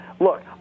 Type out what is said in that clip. Look